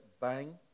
bang